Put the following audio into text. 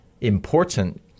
important